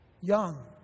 young